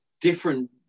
different